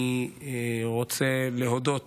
אני רוצה להודות